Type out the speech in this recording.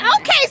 Okay